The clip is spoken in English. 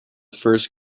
first